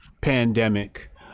pandemic